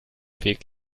weg